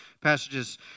passages